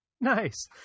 Nice